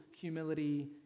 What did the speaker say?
humility